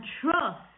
trust